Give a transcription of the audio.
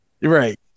right